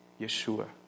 Yeshua